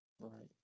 right